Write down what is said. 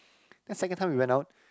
then second time we went out